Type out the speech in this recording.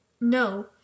No